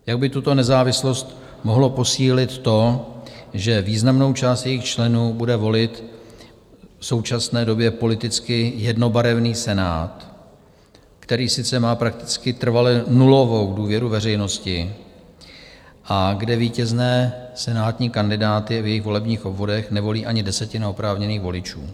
Jak by tuto nezávislost mohlo posílit to, že významnou část jejich členů bude volit v současné době politicky jednobarevný Senát, který sice má prakticky trvale nulovou důvěru veřejnosti a kde vítězné senátní kandidáty v jejich volebních obvodech nevolí ani desetina oprávněných voličů?